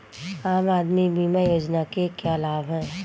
आम आदमी बीमा योजना के क्या लाभ हैं?